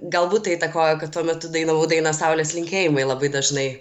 galbūt tai įtakojo kad tuo metu dainavau dainą saulės linkėjimai labai dažnai